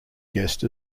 guest